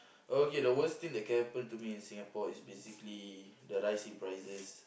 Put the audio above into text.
okay the worst thing that can happen to me in Singapore is basically the rise in prices